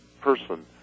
person